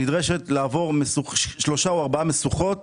נדרשת לעבור שלוש או ארבע משוכות